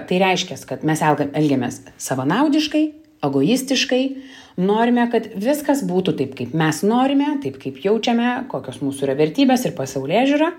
tai reiškias kad mes elgam elgiamės savanaudiškai egoistiškai norime kad viskas būtų taip kaip mes norime taip kaip jaučiame kokios mūsų yra vertybės ir pasaulėžiūra